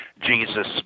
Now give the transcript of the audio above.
Jesus